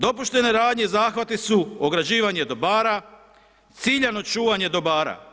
Dopuštene radnje i zahvati su ograđivanje dobara, ciljano čuvanje dobara.